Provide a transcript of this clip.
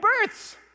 births